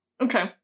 okay